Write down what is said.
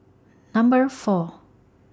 Number four